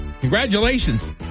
Congratulations